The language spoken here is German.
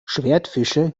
schwertfische